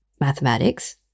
mathematics